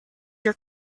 your